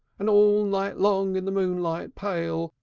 and all night long, in the moonlight pale,